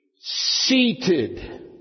Seated